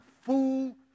fool